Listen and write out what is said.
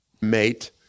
mate